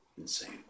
Insane